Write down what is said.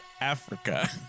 Africa